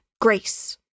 Grace